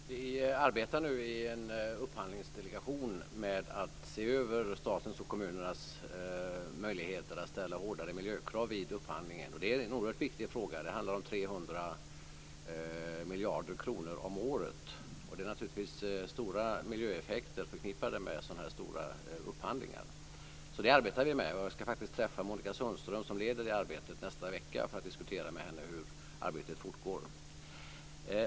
Fru talman! Vi arbetar nu i en upphandlingsdelegation med att se över statens och kommunernas möjligheter att ställa hårdare miljökrav vid upphandlingen, och det är en oerhört viktig fråga. Det handlar om 300 miljarder kronor om året. Det är naturligtvis stora miljöeffekter förknippade med sådana här stora upphandlingar. Det här jobbar vi alltså med, och jag skall faktiskt träffa Monica Sundström som leder det arbetet nästa vecka för att diskutera med henne hur arbetet fortgår.